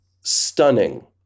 stunning